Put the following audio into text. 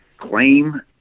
claim